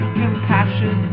compassion